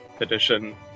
edition